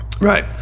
Right